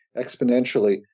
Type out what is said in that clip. exponentially